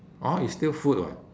oh it's still food what